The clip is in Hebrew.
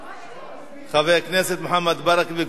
של חבר הכנסת מוחמד ברכה וקבוצת חברי כנסת.